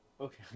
Okay